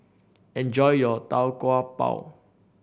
enjoy your Tau Kwa Pau